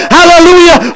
Hallelujah